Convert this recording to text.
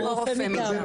או רופא מטעמו?